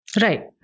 Right